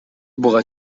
буга